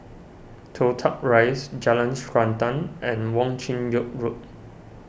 Toh Tuck Rise Jalan Srantan and Wong Chin Yoke Road